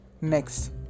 Next